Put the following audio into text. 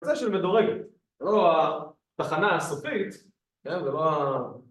זה של מדורגת, זה לא ה... תחנה הסופית, כן? זה לא ה...